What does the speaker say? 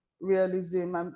realism